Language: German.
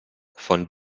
von